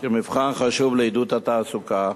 למבחן חשוב לעידוד התעסוקה,